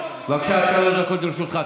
בבקשה, עד שלוש דקות לרשותך.